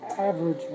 Average